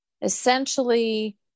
essentially